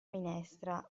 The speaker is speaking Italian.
minestra